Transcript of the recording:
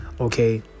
okay